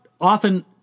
often